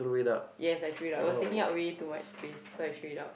yes I threw it out was taking up way too much spaces so I threw up